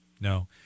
No